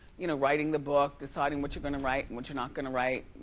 you know writing the book, deciding what you're gonna write and what you're not gonna write,